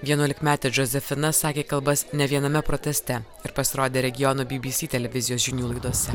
vienuolikmetė žozefina sakė kalbas ne viename proteste ir pasirodė regionų bbc televizijos žinių laidose